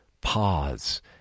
Pause